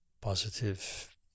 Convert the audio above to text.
positive